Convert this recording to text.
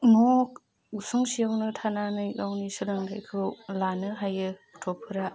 न' उसुंसेयावनो थानानै गावनि सोलोंथाइखौ लानो हायो गथ'फोरा